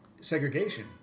segregation